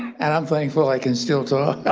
and i'm thankful i can still talk.